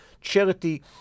charity